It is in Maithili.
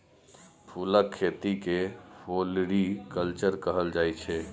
फुलक खेती केँ फ्लोरीकल्चर कहल जाइ छै